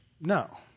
No